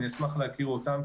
אני אשמח להכיר אותם,